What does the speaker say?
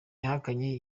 yahakanye